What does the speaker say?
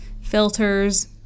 filters